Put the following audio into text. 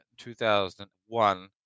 2001